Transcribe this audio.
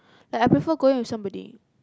like I prefer going with somebody